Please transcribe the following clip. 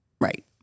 right